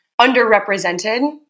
underrepresented